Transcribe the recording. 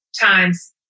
times